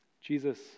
Jesus